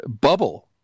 bubble